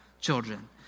children